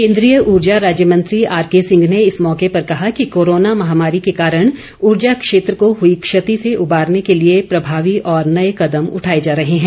केन्द्रीय ऊर्जा राज्य मंत्री आरकेसिंह ने इस मौके पर कहा कि कोरोना महामारी के कारण ऊर्जा क्षेत्र को हुई क्षति से उबारने के लिए प्रभावी और नए कदम उठाए जा रहे हैं